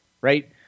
right